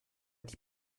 die